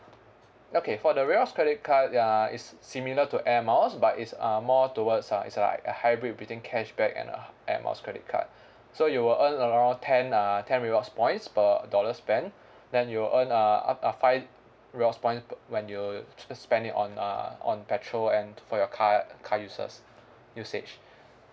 okay for the rewards credit card uh is similar to air miles but it's um more towards uh it's like a hybrid between cashback and uh air miles credit card so you will earn around ten uh ten rewards points per dollars spent then you'll earn uh up uh five rewards point when you spending on uh on petrol and for your car car uses usage